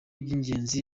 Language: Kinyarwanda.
by’ingenzi